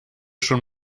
schon